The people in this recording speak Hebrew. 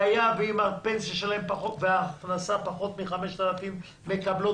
ואם ההכנסה שלהן פחות מ-5,000 שקל הן מקבלות